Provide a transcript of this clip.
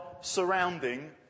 surrounding